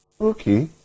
Okay